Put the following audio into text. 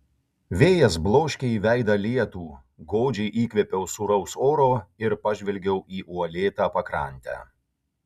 vėjas bloškė į veidą lietų godžiai įkvėpiau sūraus oro ir pažvelgiau į uolėtą pakrantę